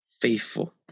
faithful